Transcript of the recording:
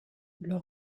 leur